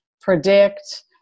predict